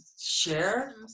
share